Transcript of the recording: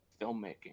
filmmaking